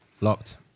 Locked